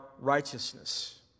righteousness